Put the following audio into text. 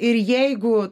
ir jeigu